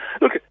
Look